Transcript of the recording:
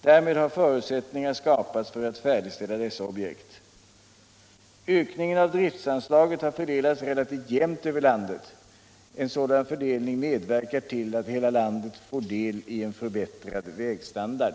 Därmed har förutsättningar skapats för att färdigställa dessa objekt. Ökningen av driftanslaget har fördelats relativt jämnt över landet. En sådan fördelning medverkar till att hela landet får del i en förbättrad vägstandard.